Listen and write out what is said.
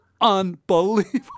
unbelievable